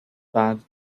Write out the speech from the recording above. bad